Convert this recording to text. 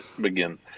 begin